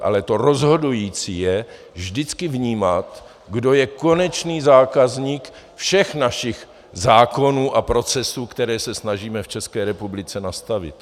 Ale to rozhodující je vždycky vnímat, kdo je konečný zákazník všech našich zákonů a procesů, které se snažíme v České republice nastavit.